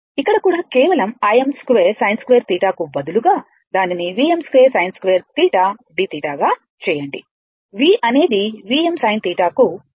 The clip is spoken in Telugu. ఇక్కడ కూడా కేవలం Im2sin2θ కు బదులుగా దానిని Vm2sin2θdθ గా చేయండి V అనేది Vm sinθ కు సమానం